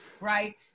Right